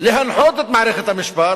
להנחות את מערכת המשפט,